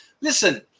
listen